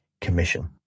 commission